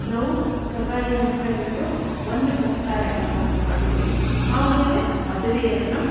ನಾವು ಸುವಾಯ ಅಂತೇಳ್ಬಿಟ್ಟು ಒಂದು ಕಾರ್ಯಕ್ರಮವನ್ನ ಮಾಡ್ತೀವಿ ಆಮೇಲೆ ಮದುವೆಯನ್ನು